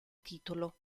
titolo